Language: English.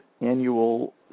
annual